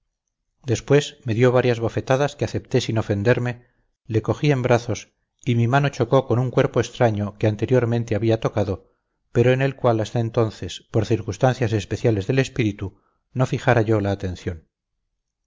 después me dio varias bofetadas que acepté sin ofenderme le cogí en brazos y mi mano chocó con un cuerpo extraño que anteriormente había tocado pero en el cual hasta entonces por circunstancias especiales del espíritu no fijara yo la atención